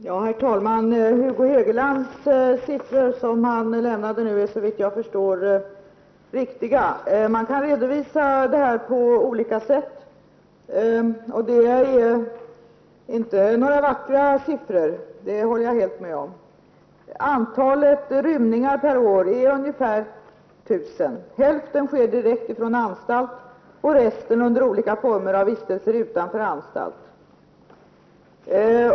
Herr talman! De siffror som Hugo Hegeland lämnade är såvitt jag förstår riktiga. Det är inte några vackra siffror, det håller jag helt med om. Man kan redovisa detta på olika sätt. Antalet rymningar per år är ungefär 1 000. 45 Hälften sker direkt från anstalt och resten under olika former av vistelse utanför anstalt.